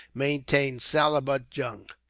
maintained salabut jung,